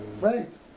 Right